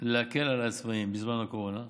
להקל על העצמאים בזמן הקורונה,